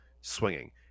swinging